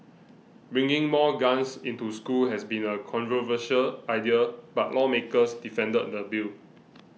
bringing more guns into school has been a controversial idea but lawmakers defended the bill